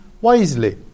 wisely